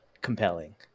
compelling